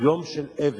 יום של אבל,